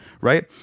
right